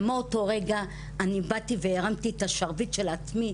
ומאותו רגע הרמתי את השרביט של עצמי,